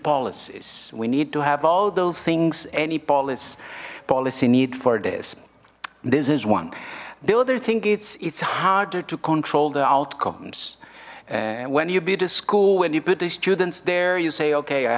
policies we need to have all those things any policies policy need for this this is one the other thing it's it's harder to control the outcomes when you be the school when you put the students there you say okay i